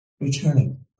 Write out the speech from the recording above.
returning